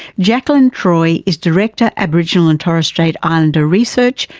jakelin troy is director, aboriginal and torres strait islander research,